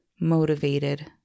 motivated